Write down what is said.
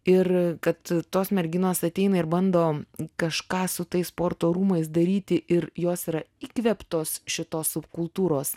ir kad tos merginos ateina ir bando kažką su tais sporto rūmais daryti ir jos yra įkvėptos šitos subkultūros